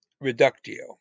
reductio